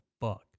fuck